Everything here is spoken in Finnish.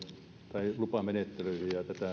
tai lupamenettelyihin